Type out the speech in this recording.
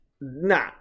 Nah